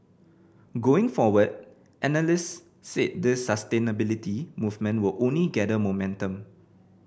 going forward analysts said this sustainability movement will only gather momentum